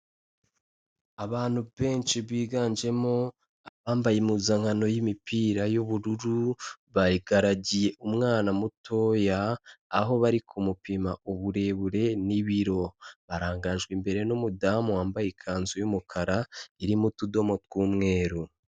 Abantu benshi biganjemo abambaye impuzankano y'imipira y'ubururu bagaragiye umwana mutoya, aho bari kumupima uburebure n'ibiro barangajwe imbere n'umudamu wambaye ikanzu y'umukara irimo utudomo tw'umweru.